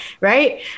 Right